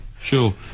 sure